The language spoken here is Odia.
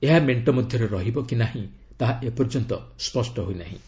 ଏହା ମେଣ୍ଟ ମଧ୍ୟରେ ରହିବ କି ନାହିଁ ତାହା ଏପର୍ଯ୍ୟନ୍ତ ସ୍ୱଷ୍ଟ ହୋଇନାହିଁ